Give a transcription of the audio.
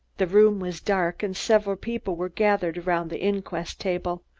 the room was dark and several people were gathered around the inquest table.